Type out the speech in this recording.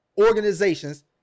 organizations